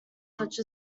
such